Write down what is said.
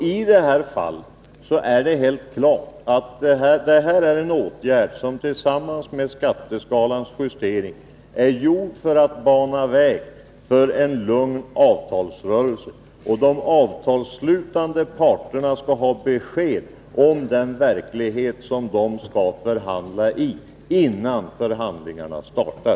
I det här fallet är det helt klart att det är en åtgärd som tillsammans med skatteskalans justering är vidtagen för att bana väg för en lugn avtalsrörelse. De avtalsslutande parterna skall ha besked om den verklighet som de skall förhandla i, innan förhandlingarna startar.